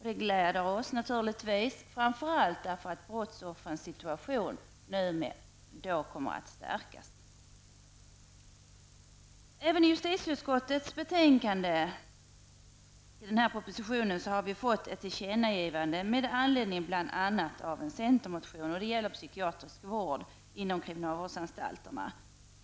Det glädjer oss naturligtvis framför allt därför att brottsoffrens situation härmed kommer att stärkas. Även i justitieutskottets betänkande angående den här propositionen har vi fått ett tillkännagivande med anledning av bl.a. en centermotion. Det gäller psykiatrisk vård inom kriminalvårdsanstalterna.